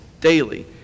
daily